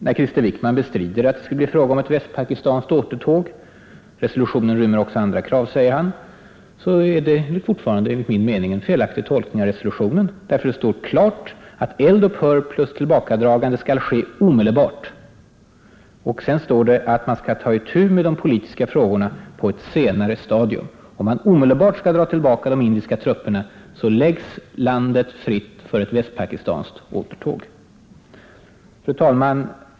När Krister Wickman bestrider att det skulle bli fråga om ett västpakistanskt återtåg — resolutionen rymmer också andra krav, säger han — är det fortfarande enligt min mening en felaktig tolkning av resolutionen. Där står klart att eld-upphör plus tillbakadragande skall ske omedelbart, Det står också att man skall ta itu med de politiska frågorna ”på ett senare stadium”. Om man omedelbart drar tillbaka de indiska trupperna läggs landet fritt för ett västpakistanskt återtåg. Fru talman!